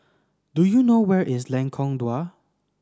do you know where is Lengkong Dua